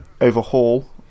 overhaul